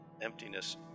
emptiness